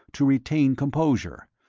to retain composure,